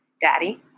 Daddy